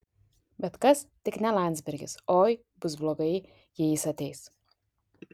bet kas tik ne landsbergis oi bus blogai jei jis ateis